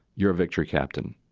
you're a victory, captain.